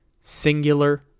singular